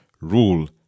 rule